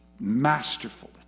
masterful